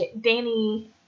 Danny